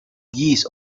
geese